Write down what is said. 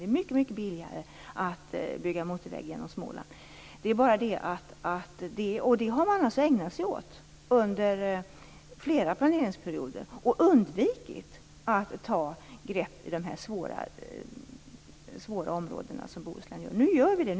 Det är mycket billigare att bygga motorväg genom Småland. Det har man också ägnat sig åt under flera planeringsperioder, medan man har undvikit att göra något i de svåra områden som Bohuslän utgör. Nu gör vi ändå det.